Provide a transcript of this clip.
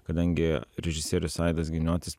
kadangi režisierius aidas giniotis